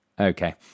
okay